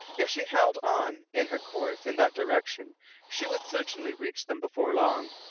if she held on in her course in that direction she would certainly reach them before long,